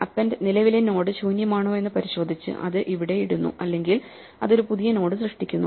append നിലവിലെ node ശൂന്യമാണോയെന്ന് പരിശോധിച്ച് അത് ഇവിടെ ഇടുന്നു അല്ലെങ്കിൽ അത് ഒരു പുതിയ നോഡ് സൃഷ്ടിക്കുന്നു